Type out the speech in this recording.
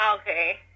Okay